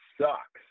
sucks